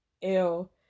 Ew